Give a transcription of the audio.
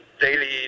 daily